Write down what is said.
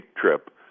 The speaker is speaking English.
trip